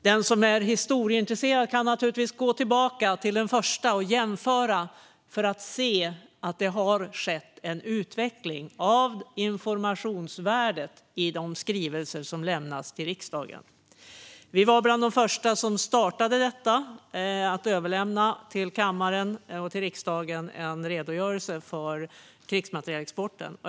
Den som är historieintresserad kan gå tillbaka till den första och jämföra för att se den utveckling av informationsvärdet som har skett i de skrivelser som lämnas till riksdagen. Vi var med bland dem som startade detta - att överlämna en redogörelse för krigsmaterielexporten till kammaren och till riksdagen.